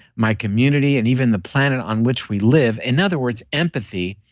my community, and even the planet on which we live, in other words, empathy,